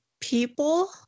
people